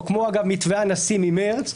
או כמו מתווה הנשיא ממרץ.